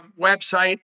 website